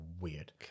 weird